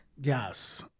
Yes